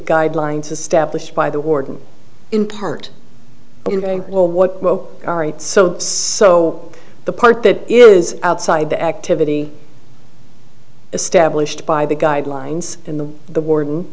guidelines established by the warden in part or what oh all right so so the part that is outside the activity established by the guidelines in the the war